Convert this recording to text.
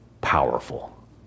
powerful